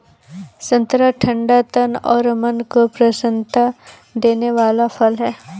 संतरा ठंडा तन और मन को प्रसन्नता देने वाला फल है